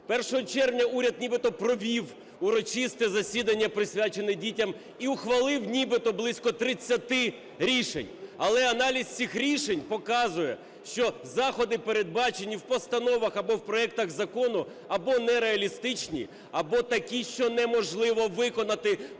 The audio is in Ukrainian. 1 червня уряд нібито провів урочисте засідання присвячене дітям і ухвалив нібито близько 30 рішень, але аналіз цих рішень показує, що заходи, передбачені в постановах або в проектах закону, або нереалістичні, або такі, що неможливо виконати,